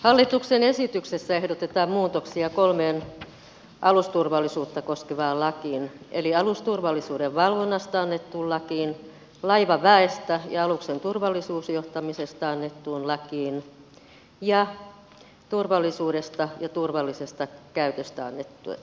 hallituksen esityksessä ehdotetaan muutoksia kolmeen alusturvallisuutta koskevaan lakiin eli alusturvallisuuden valvonnasta annettuun lakiin laivaväestä ja aluksen turvallisuusjohtamisesta annettuun lakiin ja turvallisuudesta ja turvallisesta käytöstä annettuun lakiin